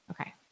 Okay